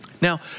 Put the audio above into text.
Now